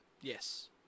Yes